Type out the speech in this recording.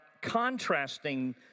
contrasting